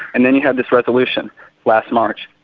and then you have this resolution last march.